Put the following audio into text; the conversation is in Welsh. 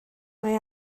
mae